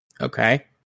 Okay